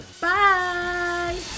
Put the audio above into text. bye